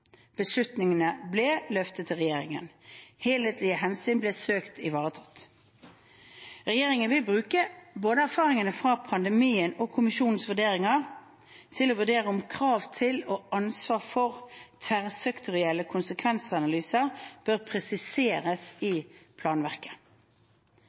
Beslutningene ble løftet til regjeringen. Helhetlige hensyn ble søkt ivaretatt. Regjeringen vil bruke både erfaringene fra pandemien og kommisjonens vurderinger til å vurdere om krav til og ansvar for tverrsektorielle konsekvensanalyser bør presiseres i